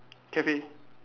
cafe